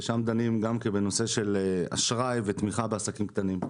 שם דנים גם כן בנושא של אשראי ותמיכה בעסקים קטנים.